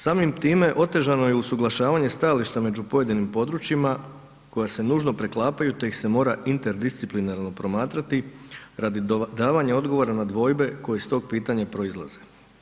Samim time otežano je usuglašavanje stajališta među pojedinim područjima koja se nužno preklapaju te ih se mora interdisciplinarno promatrati radi davanja odgovora na dvojbe koje iz tog pitanja proizlaze.